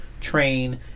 train